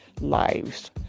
lives